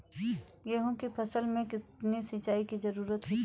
गेहूँ की फसल में कितनी सिंचाई की जरूरत होती है?